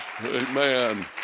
Amen